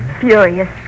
furious